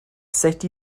sut